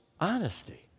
honesty